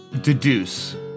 deduce